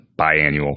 biannual